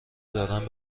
دارن